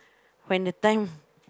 when the time